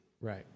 Right